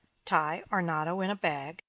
tie arnotto in a bag,